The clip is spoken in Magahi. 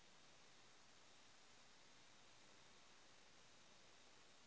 डिपोजिट के लिए कौन कौन से डॉक्यूमेंट लगते?